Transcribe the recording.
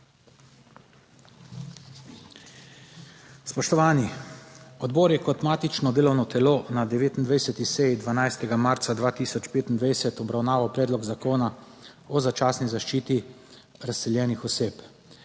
Spoštovani! Odbor je kot matično delovno telo na 29. seji 12. marca 2025 obravnaval predlog zakona o začasni zaščiti razseljenih oseb.